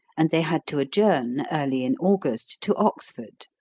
and they had to adjourn, early in august, to oxford.